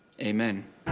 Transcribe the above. Amen